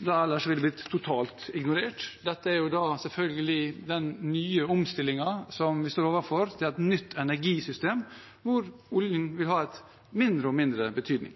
det ville ellers blitt totalt ignorert. Dette er selvfølgelig den nye omstillingen vi står overfor, til et nytt energisystem, hvor oljen vil ha en mindre og mindre betydning.